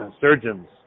surgeons